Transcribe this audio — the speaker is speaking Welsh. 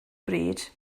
bryd